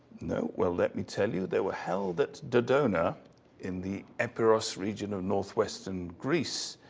well, let me tell you, they were held at dodona in the epiros region of northwestern greece.